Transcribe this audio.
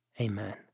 Amen